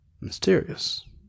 mysterious